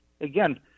again